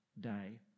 day